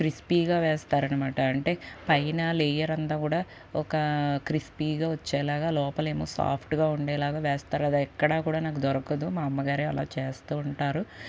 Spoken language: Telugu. క్రిస్పీగా వేస్తారన్నమాట అంటే పైన లేయర్ అంతా కూడా ఒక క్రిస్పీగా వచ్చేలాగా లోపల ఏమో సాఫ్ట్గా ఉండేలాగా వేస్తారు అది ఎక్కడా కూడా నాకు దొరకదు మా అమ్మగారు అలా చేస్తూ ఉంటారు